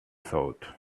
thought